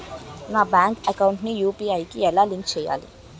నా bank account ని UPI కి ఎలా లింక్ చేసుకోవాలి?